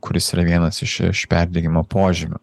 kuris yra vienas iš iš perdegimo požymių